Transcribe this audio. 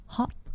Hop